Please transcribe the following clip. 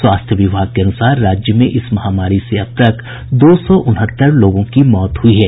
स्वास्थ्य विभाग के अनुसार राज्य में इस महामारी से अब तक दो सौ उनहत्तर लोगों की मौत हुई है